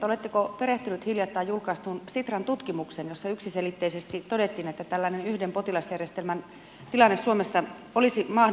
oletteko perehtynyt hiljattain julkaistuun sitran tutkimukseen jossa yksiselitteisesti todettiin että tällainen yhden potilasjärjestelmän tilanne suomessa olisi mahdollinen